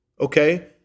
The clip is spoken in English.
okay